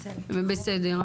בסדר.